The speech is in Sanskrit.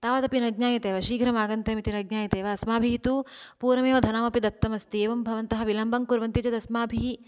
तावदपि न ज्ञायते वा शीघ्रम् आगन्तव्यम् इति न ज्ञायते वा अस्माभिः तु पूर्वम् एव धनम् अपि दत्तम् अस्ति एवं भवन्तः विलम्बं कुर्वन्ति चेद् अस्माभिः